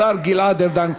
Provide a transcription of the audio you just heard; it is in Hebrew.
השר גלעד ארדן.